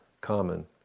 common